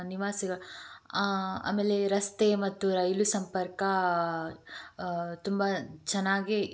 ನಿವಾಸಿಗೆ ಆಮೇಲೆ ರಸ್ತೆ ಮತ್ತು ರೈಲು ಸಂಪರ್ಕ ತುಂಬ ಚೆನ್ನಾಗಿ